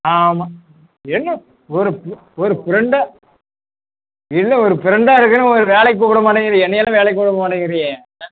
ஆமாம் என்ன ஒரு ஒரு ஃப்ரெண்டாக இல்லை ஒரு ஃப்ரெண்டாக இருக்கிறேன் ஒரு வேலைக்கு கூப்பிட மாட்டேங்கிறியே என்னையெல்லாம் வேலைக்கு கூப்பிட மாட்டேங்கிறியே ஆ